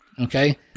Okay